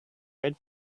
red